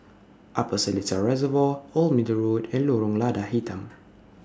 Upper Seletar Reservoir Old Middle Road and Lorong Lada Hitam